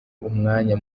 umwanya